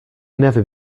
never